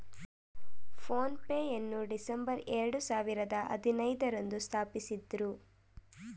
phone pay ಯನ್ನು December ಎರಡು ಸಾವಿರದ ಹದಿನೈದು ರಂದು ಸ್ಥಾಪಿಸಿದ್ದ್ರು